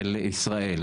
של ישראל.